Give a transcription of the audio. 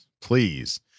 Please